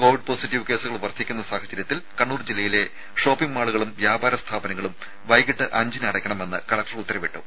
Covid positive കേസുകൾ വർദ്ധിക്കുന്ന സാഹചര്യത്തിൽ ജില്ലയിലെ ഷോപ്പിംഗ് മാളുകളും വ്യാപാര സ്ഥാപനങ്ങളും വൈകിട്ട് അഞ്ചിന് അടയ്ക്കണമെന്ന് കലക്ടർ ഉത്തരവിട്ടു